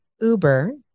Uber